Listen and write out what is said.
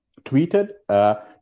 tweeted